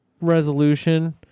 resolution